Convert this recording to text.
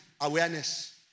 Awareness